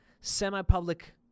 semi-public